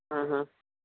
हम्म हम्म